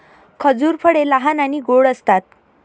खजूर फळे लहान आणि गोड असतात